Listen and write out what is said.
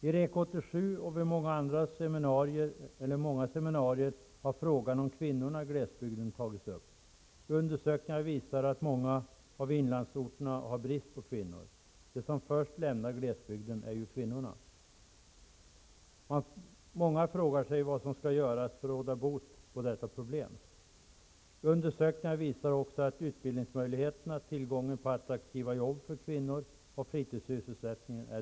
I REK 87 och vid många seminarier har frågan om kvinnorna i glesbygden tagits upp. Undersökningar visar att många av inlandsorterna har brist på kvinnor. De som först lämnar glesbygden är ju kvinnorna. Många frågar sig vad som skall göras för att råda bot på detta problem. Undersökningarna visar också att utbildningsmöjligheterna är dåliga liksom tillgången på attraktiva jobb för kvinnor och fritidssysselsättningen.